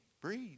breathe